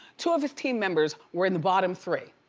two of his team members were in the bottom three,